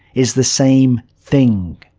is the same thing.